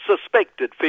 suspected